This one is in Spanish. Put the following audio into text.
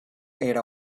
era